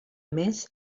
més